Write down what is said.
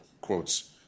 quotes